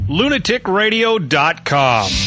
lunaticradio.com